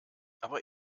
aber